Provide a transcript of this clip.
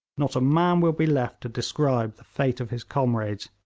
not a man will be left to describe the fate of his comrades.